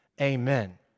Amen